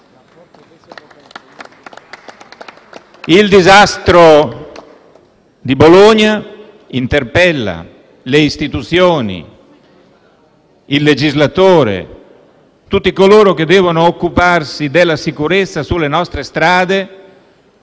Il disastro di Bologna interpella le istituzioni, il legislatore, tutti coloro che devono occuparsi della sicurezza sulle nostre strade,